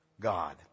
God